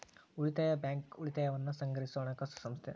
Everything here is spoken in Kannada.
ಉಳಿತಾಯ ಬ್ಯಾಂಕ್, ಉಳಿತಾಯವನ್ನ ಸಂಗ್ರಹಿಸೊ ಹಣಕಾಸು ಸಂಸ್ಥೆ